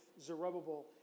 Zerubbabel